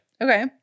Okay